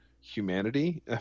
humanity